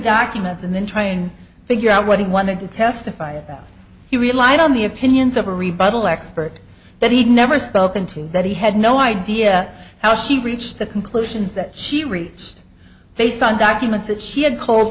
documents and then try and figure out what he wanted to testify about he relied on the opinions of a rebuttal expert that he'd never spoken to that he had no idea how she reached the conclusions that she reached based on documents that she had c